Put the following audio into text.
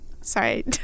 Sorry